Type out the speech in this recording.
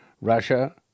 Russia